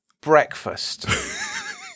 Breakfast